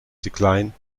decline